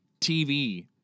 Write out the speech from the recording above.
TV